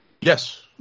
Yes